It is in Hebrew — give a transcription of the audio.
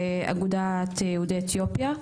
אגודת יהודי אתיופיה,